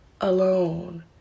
alone